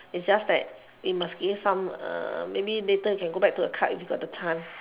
it's just that you must give some err maybe later can go back to the card if we got the time